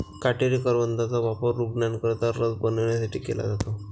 काटेरी करवंदाचा वापर रूग्णांकरिता रस बनवण्यासाठी केला जातो